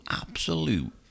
absolute